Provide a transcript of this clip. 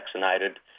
vaccinated